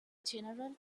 general